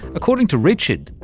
according to richard,